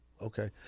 Okay